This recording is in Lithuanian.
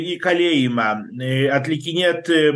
į kalėjimą į atlikinėt